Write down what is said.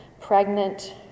pregnant